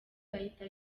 bahita